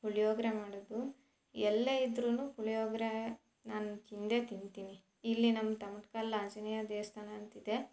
ಪುಳಿಯೋಗರೆ ಮಾಡೋದು ಎಲ್ಲೇ ಇದ್ರೂ ಪುಳಿಯೋಗರೆ ನಾನು ತಿಂದೇ ತಿಂತೀನಿ ಇಲ್ಲಿ ನಮ್ಮ ತಮ್ಟ್ಕಲ್ಲು ಆಂಜನೇಯ ದೇವಸ್ಥಾನ ಅಂತಿದೆ